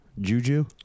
Juju